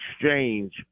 exchange